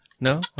No